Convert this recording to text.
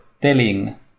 telling